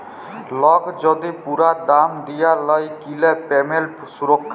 lock যদি পুরা দাম দিয়া লায় কিলে পেমেন্ট সুরক্ষা